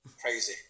Crazy